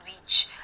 reach